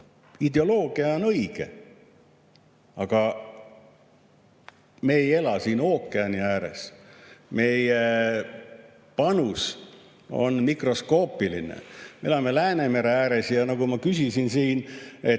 Ideoloogia on õige. Aga me ei ela siin ookeani ääres, meie panus on mikroskoopiline. Me elame Läänemere ääres. Nagu ma küsisin siin